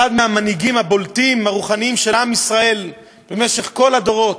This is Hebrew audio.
אחד מהמנהיגים הבולטים הרוחניים של עם ישראל במשך כל הדורות,